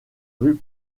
rues